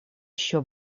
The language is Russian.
еще